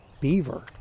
beaver